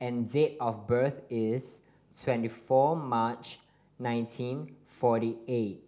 and date of birth is twenty four March nineteen forty eight